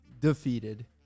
defeated